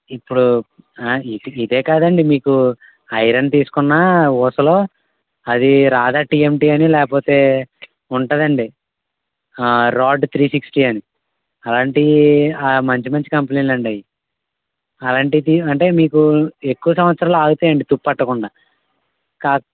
ఇప్పుడు ఇదే కాదండి మీకు ఐరన్ తీసుకున్నా ఊసలు అదీ రాధా టిఎమ్టి అని లేకపోతే ఉంటదండి రాడ్డు త్రీ సిక్స్టీ అని అలాంటి మంచి మంచి కంపెనీలు అండి అవి అలాంటిది అంటే మీకు ఎక్కువ సంవత్సరాలు ఆగుతాయండి తుప్పు పట్టకుండా